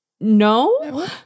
no